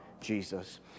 Jesus